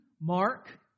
Mark